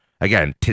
Again